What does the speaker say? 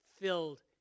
Filled